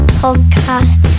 podcast